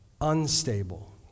unstable